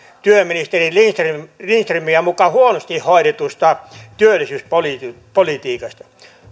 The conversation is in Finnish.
työministeri lindströmiä muka huonosti hoidetusta työllisyyspolitiikasta